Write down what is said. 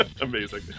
Amazing